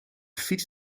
fiets